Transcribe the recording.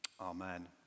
Amen